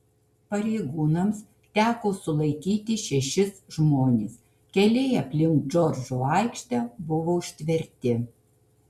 pareigūnams teko sulaikyti šešis žmones keliai aplink džordžo aikštę buvo užtverti